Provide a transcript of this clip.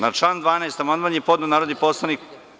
Na član 12. amandman je podneo narodni poslanik…